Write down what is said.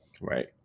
Right